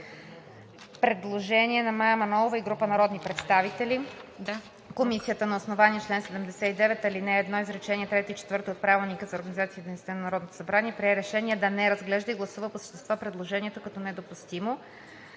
Предложение на Мая Манолова и група народни представители. Комисията на основание чл. 79, ал. 1, изречение трето и четвърто от Правилника прие решение да не разглежда и гласува по същество предложението като недопустимо,